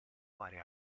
fare